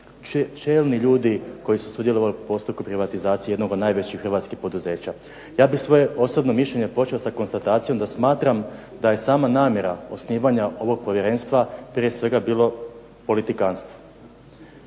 čelni ljudi koji su sudjelovali u postupku privatizacije jednog od najvećih hrvatskih poduzeća. Ja bih svoje osobno mišljenje počeo sa konstatacijom da smatram da je sama namjera osnivanja ovog povjerenstva prije svega bilo politikantstvo.